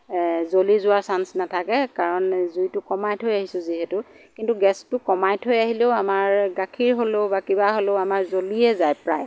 এ জ্বলি যোৱাৰ চাঞ্চ নাথাকে কাৰণ জুইটো কমাই থৈ আহিছোঁ যিহেতু কিন্তু গেছটো কমাই থৈ আহিলেও আমাৰ গাখীৰ হ'লেও বা কিবা হ'লেও আমাৰ জ্বলিয়েই যায় প্ৰায়